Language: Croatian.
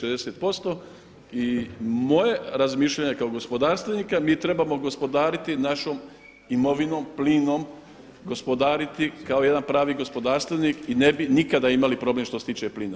I moje razmišljanje kao gospodarstvenika mi trebamo gospodariti našom imovinom plinom, gospodariti kao jedan pravi gospodarstvenik i ne bi nikada imali problem što se tiče plina.